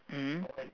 mmhmm